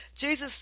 Jesus